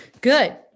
Good